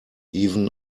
even